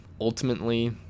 ultimately